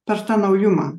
per tą naujumą